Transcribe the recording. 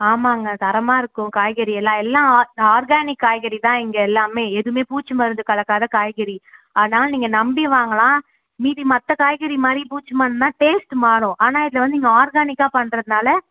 ஆமாம்ங்க தரமாக இருக்கும் காய்கறி எல்லாம் எல்லா ஆர் ஆர்கானிக் காய்கறி தான் இங்கே எல்லாமே எதுவுமே பூச்சி மருந்து கலக்காத காய்கறி அதனால் நீங்கள் நம்பி வாங்கலாம் மீதி மற்ற காய்கறி மாதிரி பூச்சி மாதிரின்னா டேஸ்ட்டு மாறும் ஆனால் இதில் வந்து நீங்கள் ஆர்கானிக்காக பண்ணுறதுனால